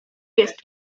jest